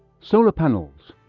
solar panels